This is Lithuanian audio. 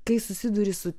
kai susiduri su